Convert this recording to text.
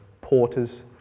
porters